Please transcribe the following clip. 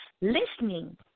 listening